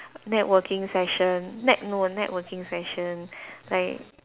networking session net~ no networking session like